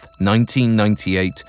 1998